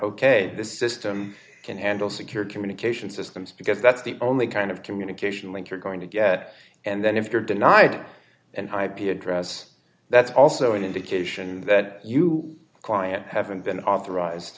ok the system can handle secure communications systems because that's the only kind of communication link you're going to get and then if you're denied and ip address that's also an indication that you client haven't been authorized